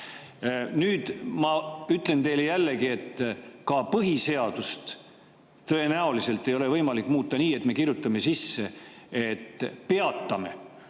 Nüüd ma ütlen teile jällegi, et ka põhiseadust tõenäoliselt ei ole võimalik muuta nii, et me kirjutame sisse, et peatame